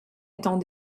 étant